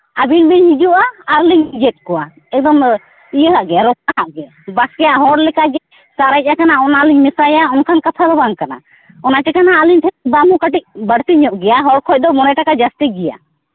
ᱟᱹᱵᱤᱱ ᱵᱤᱱ ᱦᱤᱡᱩᱜᱼᱟ ᱟᱨᱞᱤᱧ ᱜᱮᱫ ᱠᱚᱣᱟ ᱮᱠᱫᱚᱢ ᱤᱭᱟᱹᱣᱟᱜ ᱜᱮ ᱨᱚᱠᱟᱣᱟᱜ ᱜᱮ ᱵᱟᱥᱠᱮᱭᱟᱜ ᱦᱚᱲ ᱞᱮᱠᱟᱜᱮ ᱥᱟᱨᱮᱡ ᱠᱟᱱᱟ ᱚᱱᱟᱞᱤᱧ ᱢᱮᱥᱟᱭᱟ ᱚᱱᱠᱟᱱ ᱠᱟᱛᱷᱟ ᱫᱚ ᱵᱟᱝ ᱠᱟᱱᱟ ᱚᱱᱟ ᱪᱤᱠᱟᱹᱱᱟ ᱟᱹᱞᱤᱧ ᱴᱷᱮᱱ ᱫᱟᱢ ᱦᱚᱸ ᱠᱟᱹᱴᱤᱡ ᱵᱟᱹᱲᱛᱤ ᱧᱚᱜ ᱜᱮᱭᱟ ᱦᱚᱲ ᱠᱷᱚᱱ ᱫᱚ ᱢᱚᱬᱮ ᱴᱟᱠᱟ ᱡᱟᱹᱥᱛᱤ ᱜᱮᱭᱟ